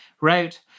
wrote